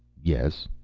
yes.